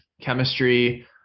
chemistry